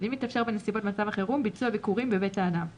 ואם מתאפשר בנסיבות מצב החירום ביצוע ביקורים בבית האדם;